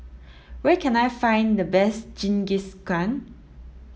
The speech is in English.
where can I find the best Jingisukan